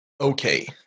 Okay